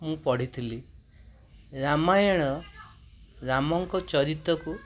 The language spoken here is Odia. ମୁଁ ପଢ଼ିଥିଲି ରାମାୟଣ ରାମଙ୍କ ଚରିତକୁ